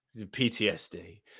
PTSD